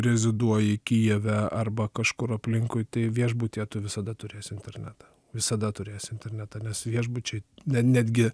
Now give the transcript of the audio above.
reziduoji kijeve arba kažkur aplinkui tai viešbutyje tu visada turėsi internetą visada turėsi internetą nes viešbučiai ne netgi